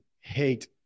hate